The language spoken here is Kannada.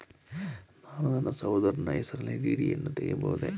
ನಾನು ನನ್ನ ಸಹೋದರನ ಹೆಸರಿನಲ್ಲಿ ಡಿ.ಡಿ ಯನ್ನು ತೆಗೆಯಬಹುದೇ?